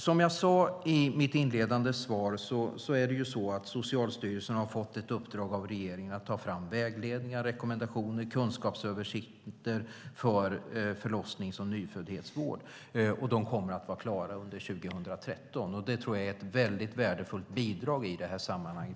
Som jag sade i mitt inledande svar har Socialstyrelsen fått ett uppdrag av regeringen att ta fram vägledningar, rekommendationer och kunskapsöversikter för förlossnings och nyföddhetsvård. De kommer att vara klara under 2013. Jag tror att det är ett värdefullt bidrag i detta sammanhang.